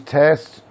tests